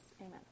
Amen